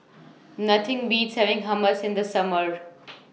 Nothing Beats having Hummus in The Summer